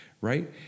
right